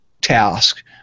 task